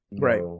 Right